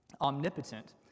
omnipotent